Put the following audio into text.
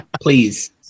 Please